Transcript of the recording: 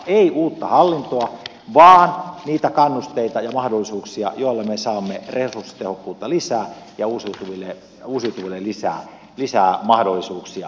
ei uutta hallintoa vaan niitä kannusteita ja mahdollisuuksia joilla me saamme resurssitehokkuutta lisää ja uusiutuville lisää mahdollisuuksia